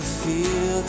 feel